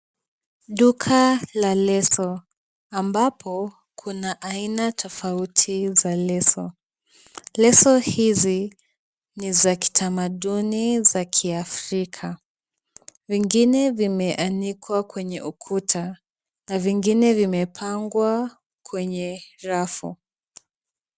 Duka la leso ambapo kuna aina tofauti za leso. Leso hizi ni za kitamaduni za kiafrika. Vingine vimeanikwa kwenye ukuta na vingine vimepangwa kwenye rafu.